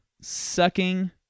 sucking